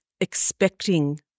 expecting